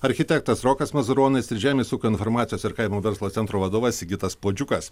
architektas rokas mazuronis ir žemės ūkio informacijos ir kaimo verslo centro vadovas sigitas puodžiukas